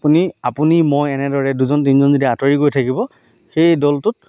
আপুনি আপুনি মই এনেদৰে দুজন তিনিজন যদি আঁতৰি গৈ থাকিব সেই দলটোত